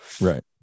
Right